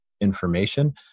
information